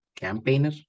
Campaigner